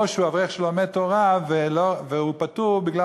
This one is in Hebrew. או שהוא אברך שלומד תורה והוא פטור בגלל